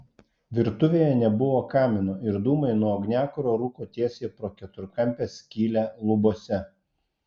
virtuvėje nebuvo kamino ir dūmai nuo ugniakuro rūko tiesiai pro keturkampę skylę lubose